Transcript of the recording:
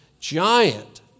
giant